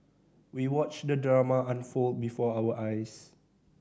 we watched the drama unfold before our eyes